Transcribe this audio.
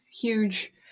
huge